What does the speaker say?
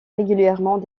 régulièrement